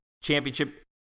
championship